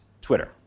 Twitter